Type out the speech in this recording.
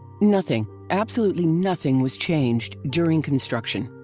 nothing, absolutely nothing was changed during construction.